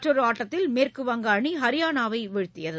மற்றொரு ஆட்டத்தில் மேற்கு வங்க அணி ஹரியானாவை வீழ்த்தியது